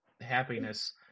happiness